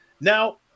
Now